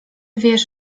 wiesz